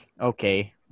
Okay